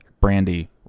Brandy